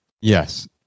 yes